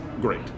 great